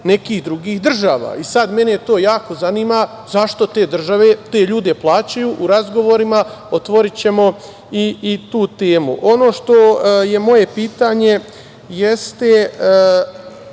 nekih drugih država. Mene to jako zanima zašto te ljude plaćaju. U razgovorima otvorićemo i tu temu. Ono što je moje pitanje jeste,